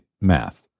math